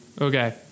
Okay